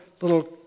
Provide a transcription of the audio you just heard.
little